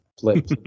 flip